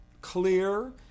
clear